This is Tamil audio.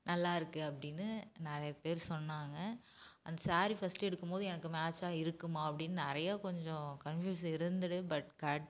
நல்லா இருக்குது அப்படின்னு நிறைய பேர் சொன்னாங்க அந்த சாரீ ஃபர்ஸ்ட்டு எடுக்கும் போது எனக்கு மேச்சாக இருக்குமா அப்படின் நிறையா கொஞ்சம் கன்ஃப்யூஸ் இருந்துது பட் கட்